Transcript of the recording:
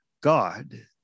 God